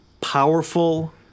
powerful